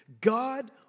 God